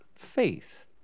faith